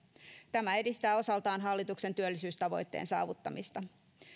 tämä edistää osaltaan hallituksen työllisyystavoitteen saavuttamista